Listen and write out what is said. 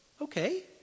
Okay